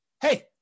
hey